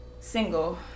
Single